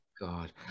god